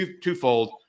twofold